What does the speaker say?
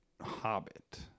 hobbit